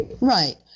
right